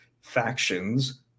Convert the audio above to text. factions